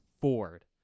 Ford